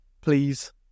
please